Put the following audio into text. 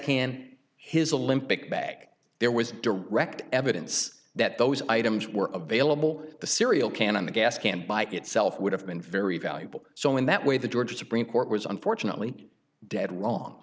can his a limp big bag there was direct evidence that those items were available the serial can on the gas can by itself would have been very valuable so in that way the georgia supreme court was unfortunately dead wrong